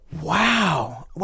Wow